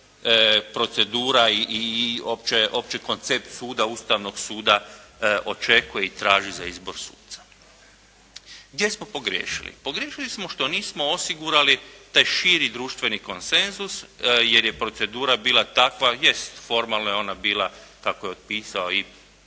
i opće koncept Ustavnog suda očekuje i traži za izbor suca. Gdje smo pogriješili? Pogriješili smo što nismo osigurali taj širi društveni konsenzus jer je procedura bila takva. Jest formalna je ona bila, tako je pisao i